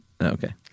Okay